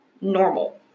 normal